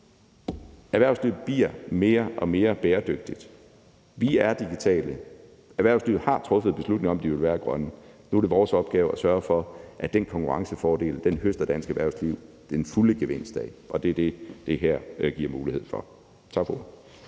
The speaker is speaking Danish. Erhvervslivet bliver mere og mere bæredygtigt. Vi er digitale. Erhvervslivet har truffet en beslutning om, at de vil være grønne, og nu er det vores opgave at sørge for, at den konkurrencefordel høster dansk erhvervsliv den fulde gevinst af, og det er det, det her giver mulighed for. Tak for